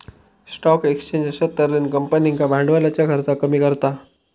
stock exchange अश्या तर्हेन कंपनींका भांडवलाच्या खर्चाक कमी करता